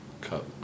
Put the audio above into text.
cup